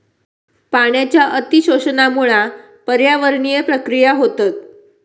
पाण्याच्या अती शोषणामुळा पर्यावरणीय प्रक्रिया होतत